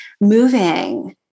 moving